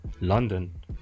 London